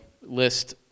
list